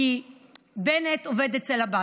כי בנט עובד אצל עבאס.